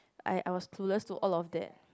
I I was clueless to all of that